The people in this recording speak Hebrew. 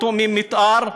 לא תואמים מתאר,